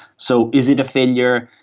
so is it a failure,